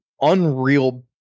unreal